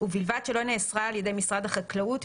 ובלבד שלא נאסרה על ידי משרד החקלאות,